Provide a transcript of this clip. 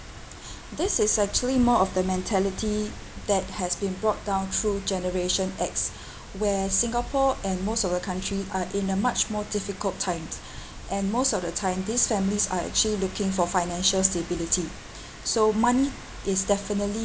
this is actually more of the mentality that has been brought down through generation X where singapore and most of the country are in a much more difficult times and most of the time these families are actually looking for financial stability so money is definitely